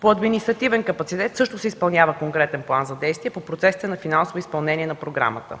По „Административен капацитет” също се изпълнява конкретен план за действие по процесите на финансово изпълнение на програмата.